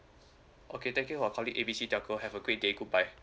okay thank you for calling A B C telco have a great day goodbye